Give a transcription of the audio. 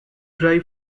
dry